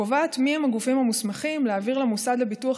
קובע מיהם הגופים המוסמכים להעביר למוסד לביטוח